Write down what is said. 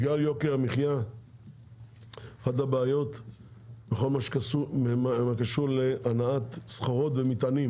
בגלל יוקר המחיה אחת הבעיות מתקשרת להנעת סחורות ומטענים